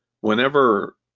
whenever